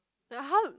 the how